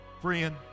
Friend